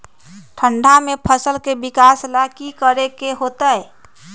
ठंडा में फसल के विकास ला की करे के होतै?